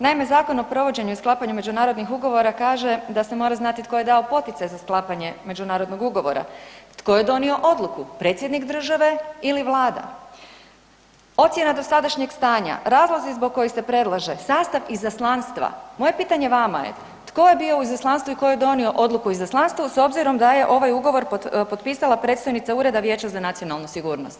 Naime, Zakon o provođenju sklapanja međunarodnih ugovora kaže da se mora znati tko je dao poticaj za sklapanje međunarodnog ugovora, tko je donio odluku, predsjednik države ili Vlada, ocjena dosadašnjeg stanja, razlozi zbog kojih se predlaže, sastav izaslanstva, moje pitanje vama je, tko je bio u izaslanstvu i tko je donio odluku u izaslanstvu s obzirom da je ovaj ugovor potpisala predstojnica Ureda Vijeća za nacionalnu sigurnost?